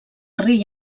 rei